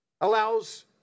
allows